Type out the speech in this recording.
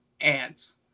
ants